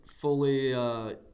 fully